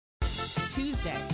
Tuesday